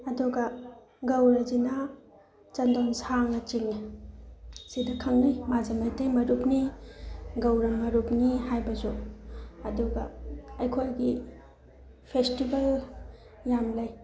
ꯑꯗꯨꯒ ꯒꯧꯔꯁꯤꯅ ꯆꯟꯗꯣꯟ ꯁꯥꯡꯅ ꯆꯤꯡꯉꯤ ꯁꯤꯗ ꯈꯪꯉꯤ ꯃꯥꯁꯦ ꯃꯩꯇꯩ ꯃꯔꯨꯞꯅꯤ ꯒꯧꯔ ꯃꯔꯨꯞꯅꯤ ꯍꯥꯏꯕꯁꯨ ꯑꯗꯨꯒ ꯑꯩꯈꯣꯏꯒꯤ ꯐꯦꯁꯇꯤꯚꯦꯜ ꯌꯥꯝ ꯂꯩ